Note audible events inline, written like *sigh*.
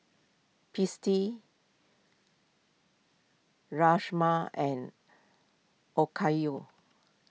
*unintelligible* Rajma and Okayu